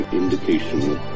indication